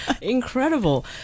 Incredible